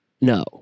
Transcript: No